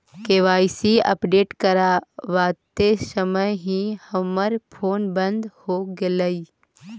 KYC update करवाते समय ही हमर फोन बंद हो गेलई